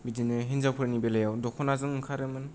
बिदिनो हिनजावफोरनि बेलायचाव दख'नाजों ओंखारोमोन